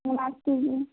ਨਮਸਤੇ ਜੀ